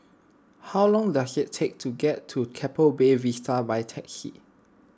how long does it take to get to Keppel Bay Vista by taxi